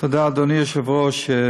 תודה, אדוני היושב-ראש.